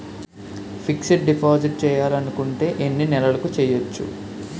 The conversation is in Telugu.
ఫిక్సడ్ డిపాజిట్ చేయాలి అనుకుంటే ఎన్నే నెలలకు చేయొచ్చు?